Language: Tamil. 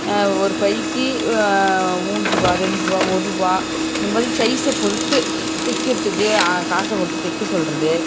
ஒரு பைக்கு மூன்றுபா ரெண்டுருபா ஒருபா இந்த மாதிரி சைஸை பொறுத்து தைக்கிறத்துக்கு காசை கொடுத்து தைக்க சொல்கிறது